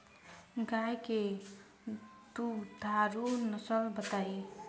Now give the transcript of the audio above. गाय के दुधारू नसल बताई?